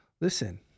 listen